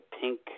pink